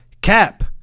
Cap